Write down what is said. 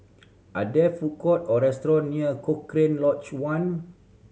are there food court or restaurants near Cochrane Lodge One